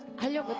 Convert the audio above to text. hello,